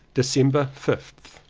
december fifth.